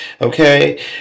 Okay